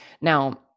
Now